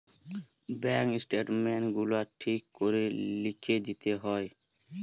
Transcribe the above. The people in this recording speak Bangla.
বেঙ্ক স্টেটমেন্ট গুলা ঠিক করে লিখে লিতে হয়